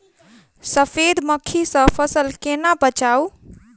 सफेद मक्खी सँ फसल केना बचाऊ?